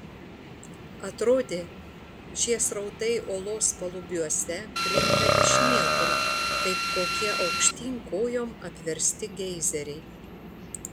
atrodė šie srautai olos palubiuose krinta iš niekur kaip kokie aukštyn kojom apversti geizeriai